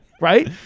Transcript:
right